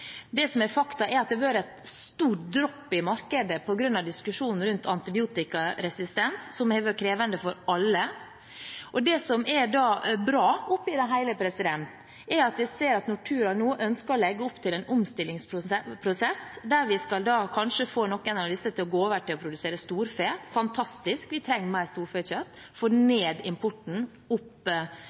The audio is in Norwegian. diskusjonen rundt antibiotikaresistens, som har vært krevende for alle. Det som er bra oppi det hele, er at Nortura nå ønsker å legge opp til en omstillingsprosess, der vi skal få noen av disse til kanskje å gå over til å produsere storfe – fantastisk, vi trenger mer storfekjøtt, få ned importen,